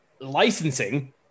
licensing